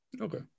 Okay